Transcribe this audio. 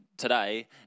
today